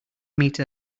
meter